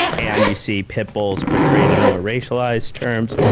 and you see pit bulls portrayed in more racialized terms.